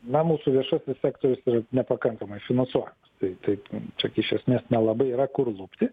na mūsų viešasis sektorius yra nepakankamai finansuojamas tai tai čia gi iš esmės nelabai yra kur lupti